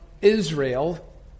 Israel